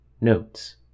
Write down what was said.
Notes